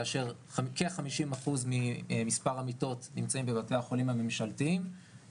כאשר כ-50% ממספר המיטות נמצאות בבתי החולים הממשלתיים,